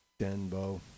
Denbo